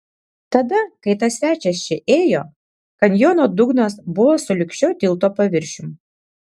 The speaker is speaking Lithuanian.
tada kai tas svečias čia ėjo kanjono dugnas buvo sulig šio tilto paviršium